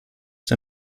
der